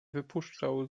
wypuszczał